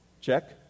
Check